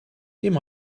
dim